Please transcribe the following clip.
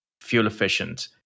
fuel-efficient